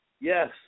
Yes